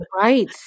right